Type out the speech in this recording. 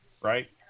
right